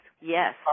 yes